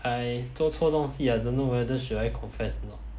I 做错东西 I don't know whether should I confess or not